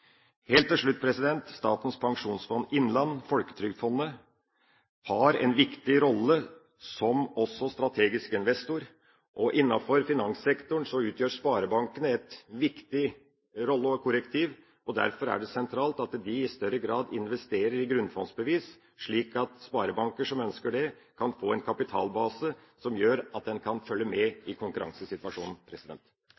Helt til slutt: Statens pensjonsfond Norge/Folketrygdfondet har en viktig rolle som strategisk investor. Innenfor finanssektoren har sparebankene en viktig rolle og utgjør et viktig korrektiv. Derfor er det sentralt at de i større grad investerer i grunnfondsbevis, slik at sparebanker som ønsker det, kan få en kapitalbase som gjør at en kan følge